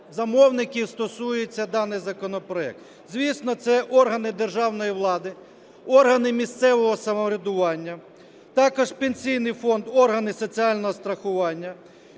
Звісно, це органи державної влади, органи місцевого самоврядування, також Пенсійний фонд, органи соціального страхування,